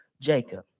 Jacob